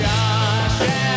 Josh